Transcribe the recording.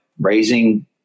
raising